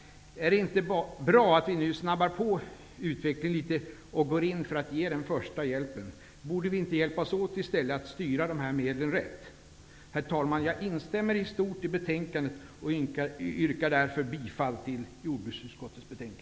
Är det inte bra att vi nu snabbar på utvecklingen litet och går in för att ge den första hjälpen? Borde vi inte hjälpas åt att styra de här medlen rätt? Herr talman! Jag instämmer i betänkandet och yrkar därför bifall till jordbruksutskottets hemställan.